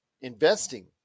investing